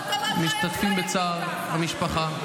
משתתפים בצער המשפחה.